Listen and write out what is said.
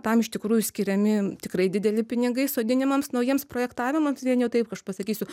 tam iš tikrųjų skiriami tikrai dideli pinigai sodinimams naujiems projektavimams vien jau taip aš pasakysiu